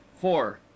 four